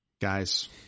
Guys